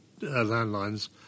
landlines